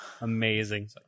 Amazing